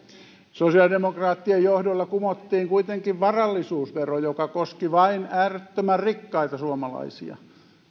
sosiaalidemokraattien johdolla kumottiin kuitenkin varallisuusvero joka koski vain äärettömän rikkaita suomalaisia